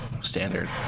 Standard